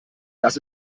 das